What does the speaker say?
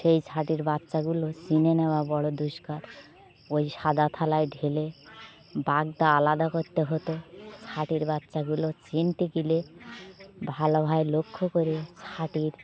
সেই ছাটির বাচ্চাগুলো চিনে নেওয়া বড় দুষ্কার ওই সাদা থালায় ঢেলে বাগদা আলাদা করতে হতো ছাটির বাচ্চাগুলো চিনতে গেলে ভালোভাবে লক্ষ্য করে ছাচটির